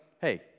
hey